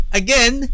again